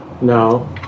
No